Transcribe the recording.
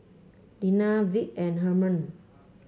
Dena Vic and Hermann